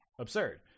absurd